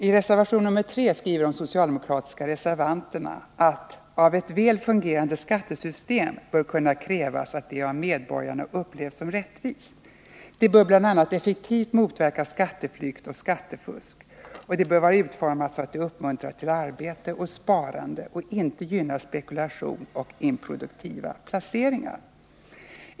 I reservation 3 skriver de socialdemokratiska reservanterna: ”Av ett väl fungerande skattesystem bör kunna krävas att det av medborgarna upplevs som rättvist.” Det bör bl.a. ”effektivt motverka skatteflykt och skattefusk”, och det ”bör vara utformat så att det uppmuntrar till arbete och sparande och inte gynnar spekulation och improduktiva placeringar”.